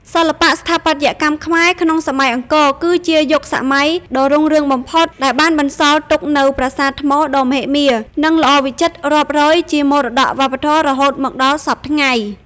សិល្បៈស្ថាបត្យកម្មខ្មែរក្នុងសម័យអង្គរ គឺជាយុគសម័យដ៏រុងរឿងបំផុតដែលបានបន្សល់ទុកនូវប្រាសាទថ្មដ៏មហិមា និងល្អវិចិត្ររាប់រយជាមរតកវប្បធម៌រហូតមកដល់សព្វថ្ងៃ។